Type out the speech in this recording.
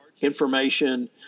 information